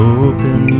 open